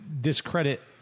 discredit